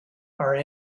are